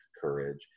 courage